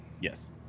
Yes